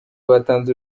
batanze